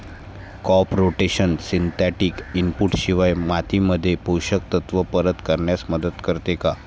Crop rotation synthetic input शिवाय मातीमध्ये पोषक तत्त्व परत करण्यास मदत करते का?